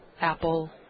Apple